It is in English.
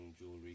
jewelry